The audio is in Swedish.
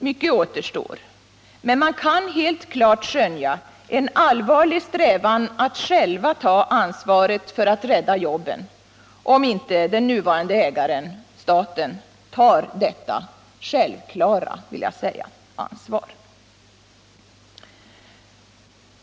Mycket återstår att göra, men man kan helt klart skönja en allvarlig strävan hos de anställda att själva ta ansvaret för att rädda jobben, om inte den nuvarande ägaren — staten — tar detta självklara ansvar.